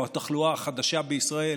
או התחלואה החדשה בישראל,